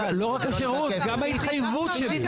אגב, לא רק השירות, גם ההתחייבות שלי.